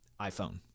iPhone